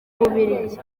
bubiligi